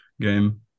game